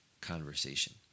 conversation